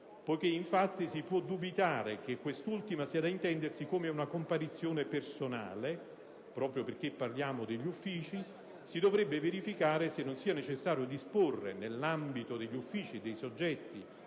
Poiché, infatti, si può dubitare che quest'ultima sia da intendersi come una comparizione "personale", proprio perché parliamo degli uffici, si dovrebbe verificare se non sia necessario disporre, nell'ambito degli uffici e dei soggetti